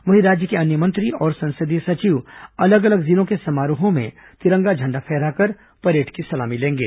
वहीं राज्य के अन्य मंत्री और संसदीय सचिव अलग अलग जिलों के समारोह में तिरंगा झण्डा फहराकर परेड की सलामी लेंगे